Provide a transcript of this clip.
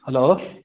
hello